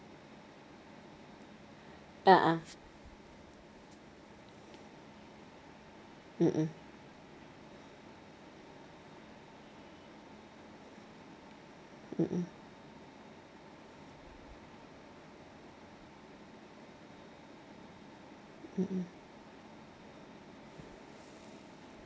a'ah mmhmm mmhmm mmhmm